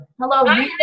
hello